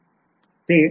बरोबर